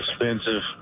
expensive